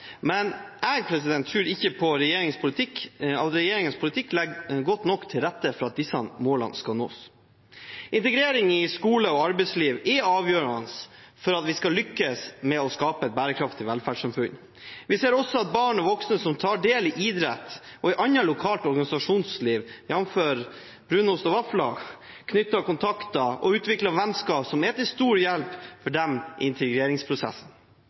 men jeg tror ikke på at regjeringens politikk legger godt nok til rette for at disse målene skal nås. Integrering i skole og arbeidsliv er avgjørende for at vi skal lykkes med å skape et bærekraftig velferdssamfunn. Vi ser også at barn og voksne som tar del i idrett og i annet lokalt organisasjonsliv, jf. brunost og vafler, knytter kontakter og utvikler vennskap som er til stor hjelp for dem i integreringsprosessen.